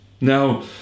Now